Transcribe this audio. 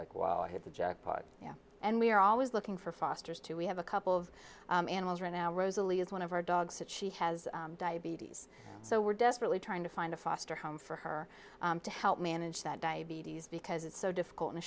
like wow i hit the jackpot yeah and we're always looking for fosters too we have a couple of animals right now rosalie is one of our dogs that she has diabetes so we're desperately trying to find a foster home for her to help manage that diabetes because it's so difficult in a